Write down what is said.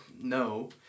no